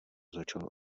začal